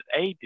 AD